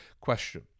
question